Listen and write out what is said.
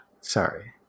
Sorry